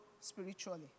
spiritually